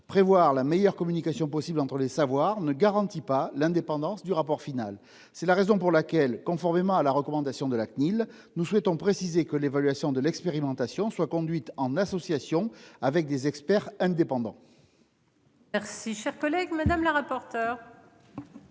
prévoir la meilleure communication possible entre les savoirs ne garantit pas l'indépendance du rapport final. C'est la raison pour laquelle, conformément à la recommandation de la CNIL nous souhaitons préciser que l'évaluation de l'expérimentation soit conduite en association avec des experts indépendants.